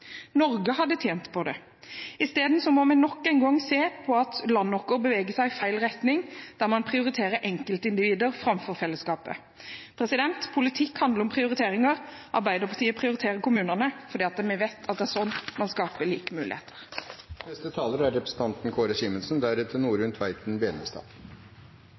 Norge hadde tjent på det. Isteden må vi nok en gang se på at landet vårt beveger seg i feil retning, der man prioriterer enkeltindivider framfor fellesskapet. Politikk handler om prioriteringer. Arbeiderpartiet prioriterer kommunene, fordi vi vet at det er slik man skaper like muligheter. Så langt i debatten er